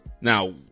Now